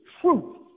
truth